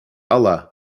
allah